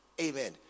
Amen